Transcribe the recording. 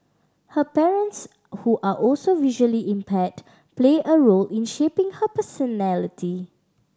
her parents who are also visually impaired play a role in shaping her personality